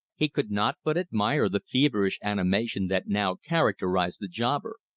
he could not but admire the feverish animation that now characterized the jobber.